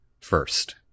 first